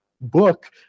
Book